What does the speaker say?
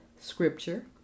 scripture